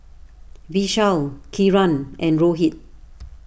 Vishal Kiran and Rohit